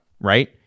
right